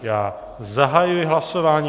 Já zahajuji hlasování.